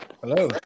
hello